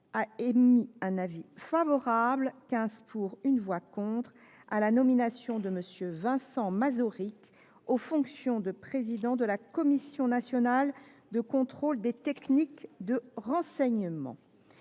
a émis un avis favorable, par quinze voix pour et une voix contre, à la nomination de M. Vincent Mazauric aux fonctions de président de la Commission nationale de contrôle des techniques de renseignement.